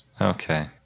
Okay